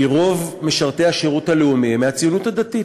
רוב משרתי השירות הלאומי הם מהציונות הדתית.